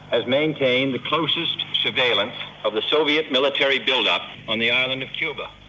has maintained the closest surveillance of the soviet military build-up on the island of cuba.